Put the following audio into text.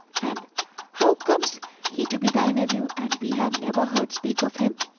and how comes he to be thy nephew and we have never heard speak of him?